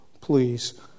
please